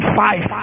five